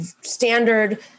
standard